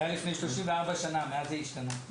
זה היה לפני 34 שנה, מאז זה השתנה.